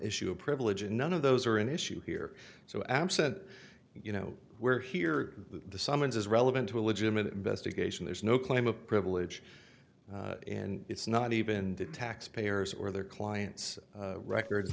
issue of privilege and none of those are an issue here so absent you know where here the summons is relevant to a legitimate investigation there's no claim of privilege in it's not even the taxpayers or their clients records